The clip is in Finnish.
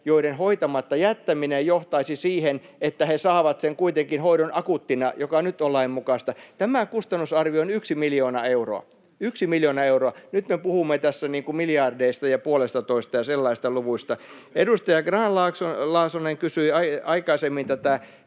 joiden hoitamatta jättäminen johtaisi siihen, että he saavat sen hoidon kuitenkin akuuttina, mikä nyt on lain mukaista, on yksi miljoona euroa — yksi miljoona euroa. Nyt me puhumme tässä miljardeista ja puolestatoista ja sellaisista luvuista. Edustaja Grahn-Laasonen kysyi aikaisemmin tästä